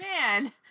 man